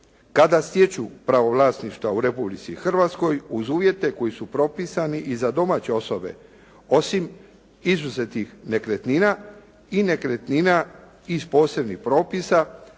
kada stječu pravo vlasništva u Republici Hrvatskoj uz uvjete koji su propisani i za domaće osobe osim izuzetih nekretnina i nekretnina iz posebnih propisa